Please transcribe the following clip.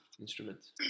instruments